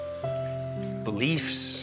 beliefs